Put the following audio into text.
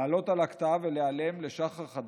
להעלות על הכתב ולהיעלם לשחר חדש,